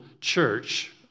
church